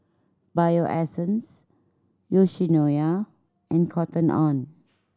Bio Essence Yoshinoya and Cotton On